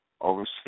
overseas